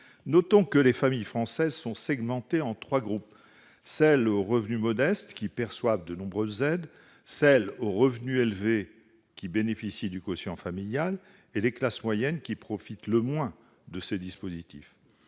? Ensuite, les familles françaises sont segmentées en trois groupes : celles qui ont des revenus modestes et perçoivent de nombreuses aides ; celles qui ont des revenus élevés et bénéficient du quotient familial ; enfin, les classes moyennes, qui profitent le moins de ces dispositifs.